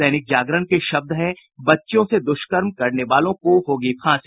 दैनिक जागरण के शब्द हैं बच्चियों से दुष्कर्म करने वालों को होगी फांसी